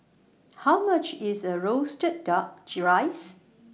How much IS The Roasted Duck G Rice